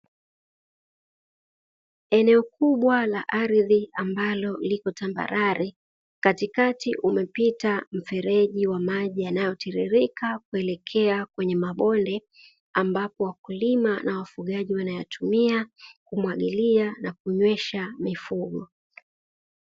Eneo kubwa la ardhi ambalo liko tambarare katikati umepita mfereji wa maji yanayotiririka kuelekea kwenye mabonde ambapo wakulima na wafugaji wanayatumia kumwagilia na kunywesha mifugo